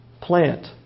plant